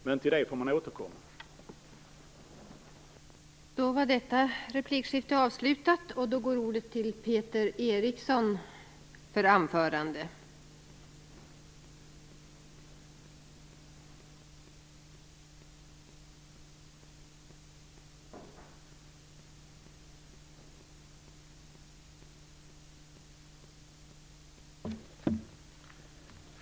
Men vi får återkomma till det.